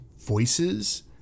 voices